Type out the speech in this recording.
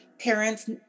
parents